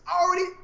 already